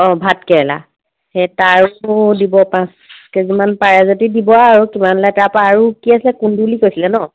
অঁ ভাতকেৰেলা সেই তাৰো দিব পাঁচ কেজিমান পাৰে যদি দিব আৰু কিমান ওলায় তাৰপৰা আৰু কি আছিলে কুন্দুলি কৈছিলে ন